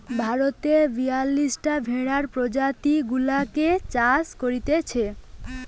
ভারতে বিয়াল্লিশটা ভেড়ার প্রজাতি গুলাকে চাষ করতিছে